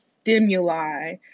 stimuli